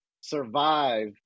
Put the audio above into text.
survive